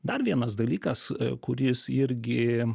dar vienas dalykas kuris irgi